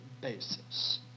basis